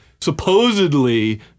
Supposedly